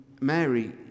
Mary